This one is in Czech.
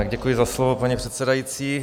Děkuji za slovo, paní předsedající.